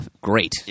great